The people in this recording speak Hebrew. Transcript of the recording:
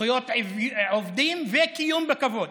זכויות עובדים וקיום בכבוד.